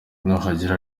nuhagera